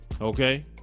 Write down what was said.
Okay